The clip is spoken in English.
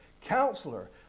counselor